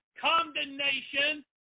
condemnation